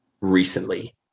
recently